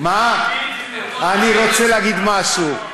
אני רוצה להגיד משהו,